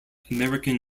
american